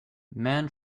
man